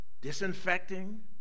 disinfecting